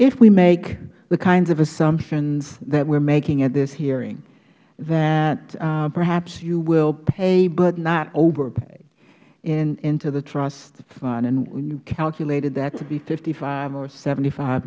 if we make the kinds of assumptions that we are making at this hearing that perhaps you will pay but not overpay into the trust fund and you have calculated that to be fifty five or seventy five